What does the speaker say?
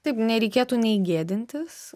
taip nereikėtų nei gėdintis